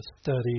study